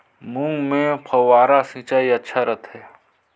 मूंग मे फव्वारा सिंचाई अच्छा रथे?